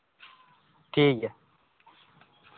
ᱴᱷᱤᱠ ᱜᱮᱭᱟ